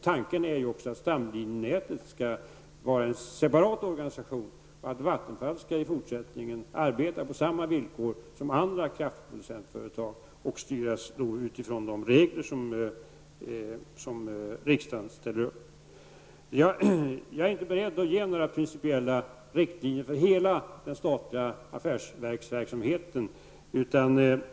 Tanken är ju också att stamlinjenätet skall vara en separat organisation och att Vattenfall i fortsättningen skall arbeta på samma villkor som andra kraftproducentsföretag och enligt de regler som riksdagen ställer upp. Jag är inte beredd att ge några principiella riktlinjer för hela den statliga affärsverksamheten.